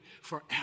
forever